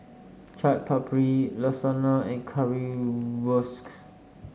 Chaat Papri Lasagna and Currywurst